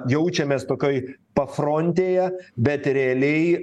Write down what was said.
jaučiamės tokioj pafrontėje bet realiai